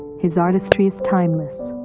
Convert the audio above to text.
his artistry is timeless,